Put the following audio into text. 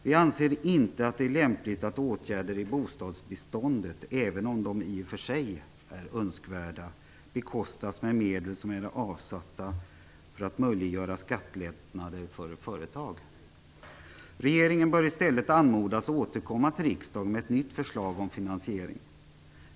Vi anser inte att det är lämpligt att åtgärder i bostadsbeståndet, även om de i och för sig är önskvärda, bekostas med medel som är avsatta för att möjliggöra skattelättnader för företag. Regeringen bör i stället anmodas att återkomma till riksdagen med ett nytt förslag om finansiering.